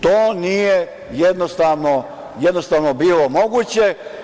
To nije jednostavno bilo moguće.